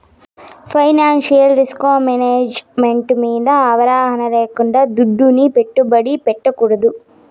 financial risk management మింద అవగాహన లేకుండా దుడ్డుని పెట్టుబడి పెట్టకూడదు